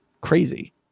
crazy